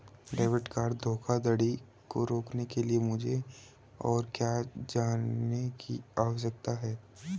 Debit card धोखाधड़ी को रोकने के लिए मुझे और क्या जानने की आवश्यकता है?